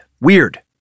weird